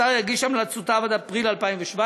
השר יגיש את המלצותיו עד אפריל 2017,